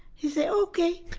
he say, ok,